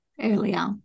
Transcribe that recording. earlier